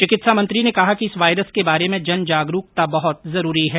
चिकित्सा मंत्री ने कहा कि इस वायरस के बारे में जनजागरूकता बहुत जरूरी है